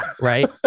Right